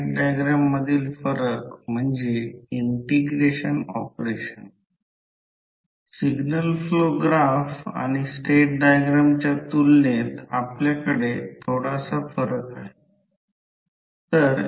तर त्याचप्रमाणे या कॉइल 2 ला i2 1 अँपिअरने एक्साईट करून L2 M12 शोधा आणि i1 0 घ्या कृपया हे स्वतः करा उत्तरे दिलेली नाहीत